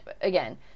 again